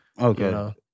Okay